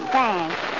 Thanks